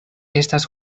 estas